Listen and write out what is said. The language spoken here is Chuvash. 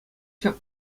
ҫак